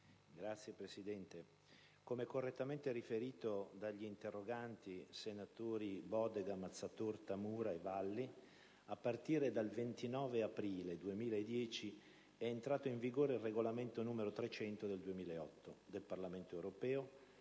Signor Presidente, come correttamente riferito dagli interroganti, senatori Bodega, Mazzatorta, Mura e Valli, a partire dal 29 aprile 2010 è entrato in vigore il regolamento n. 300 del 2008 del Parlamento europeo